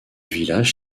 village